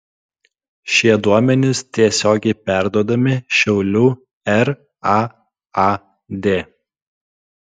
šie duomenys tiesiogiai perduodami šiaulių raad